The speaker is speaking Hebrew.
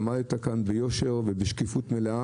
עמדת כאן ביושר ובשקיפות מלאה.